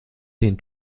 den